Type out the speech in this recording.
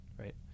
Right